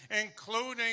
including